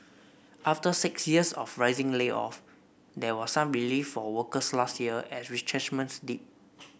after six years of rising layoff there was some relief for workers last year as retrenchments dipped